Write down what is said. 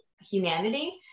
humanity